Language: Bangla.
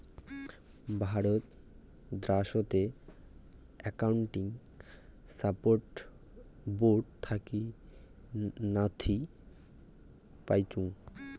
ভারত দ্যাশোতের একাউন্টিং স্ট্যান্ডার্ড বোর্ড থাকি নীতি পাইচুঙ